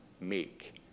meek